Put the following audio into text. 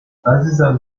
عزیزم